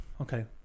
okay